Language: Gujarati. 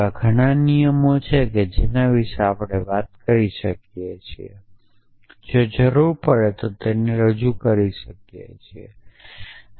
એવા ઘણા નિયમો છે કે જેના વિશે આપણે વાત કરી શકીએ છીએ અને જો જરૂર પડે તો તે રજૂ કરી શકીએ છીયે